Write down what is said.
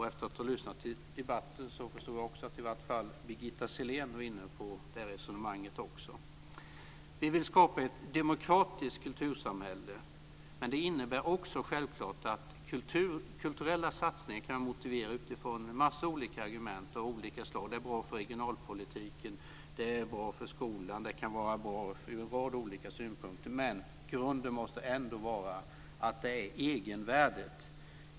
Efter att ha lyssnat till debatten förstod jag också att i vart fall Birgitta Sellén var inne på det resonemanget. Vi vill skapa ett demokratiskt kultursamhälle. Det innebär självklart också att kulturella satsningar kan motiveras utifrån en massa argument av olika slag. De är bra för regionalpolitiken. De är bra för skolan. De kan vara bra ur en rad olika synpunkter. Men grunden måste ändå vara egenvärdet.